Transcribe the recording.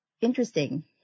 interesting